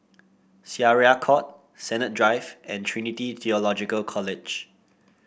Syariah Court Sennett Drive and Trinity Theological College